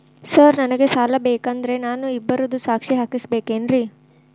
Sir ನನಗೆ ಸಾಲ ಬೇಕಂದ್ರೆ ನಾನು ಇಬ್ಬರದು ಸಾಕ್ಷಿ ಹಾಕಸಬೇಕೇನ್ರಿ?